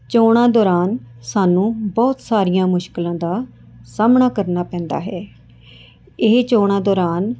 ਚੋਣਾਂ ਦੌਰਾਨ ਸਾਨੂੰ ਬਹੁਤ ਸਾਰੀਆਂ ਮੁਸ਼ਕਲਾਂ ਦਾ ਸਾਹਮਣਾ ਕਰਨਾ ਪੈਂਦਾ ਹੈ ਇਹ ਚੋਣਾਂ ਦੌਰਾਨ